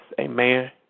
Amen